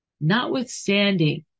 notwithstanding